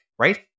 Right